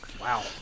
wow